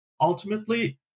Ultimately